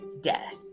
death